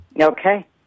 okay